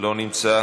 לא נמצא,